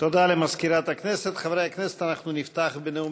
הצעת חוק קליטת חיילים משוחררים (תיקון,